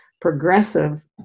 progressive